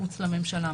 מחוץ לממשלה,